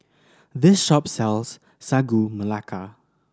this shop sells Sagu Melaka